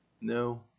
no